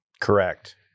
Correct